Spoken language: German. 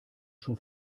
schon